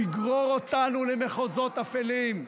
הוא יגרור אותנו למחוזות אפלים.